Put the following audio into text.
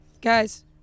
guys